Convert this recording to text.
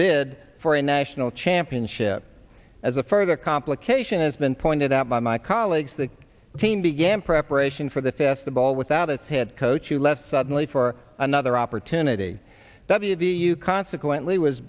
bid for a national championship as a further complication it's been pointed out by my colleagues the team began preparation for the fifth the ball without a head coach who left suddenly for another opportunity w v u consequently was